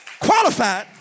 Qualified